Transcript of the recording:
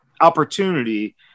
opportunity